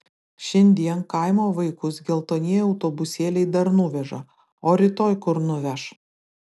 šiandien kaimo vaikus geltonieji autobusėliai dar nuveža o rytoj kur nuveš